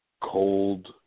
Cold